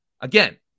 Again